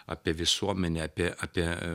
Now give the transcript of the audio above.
apie visuomenę apie apie